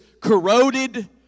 corroded